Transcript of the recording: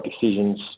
decisions